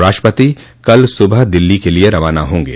राष्ट्रपति कल सुबह दिल्ली के लिये रवाना होंगे